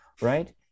right